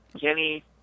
Kenny